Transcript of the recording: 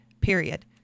period